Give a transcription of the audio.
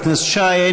תודה, חבר הכנסת שי.